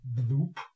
Bloop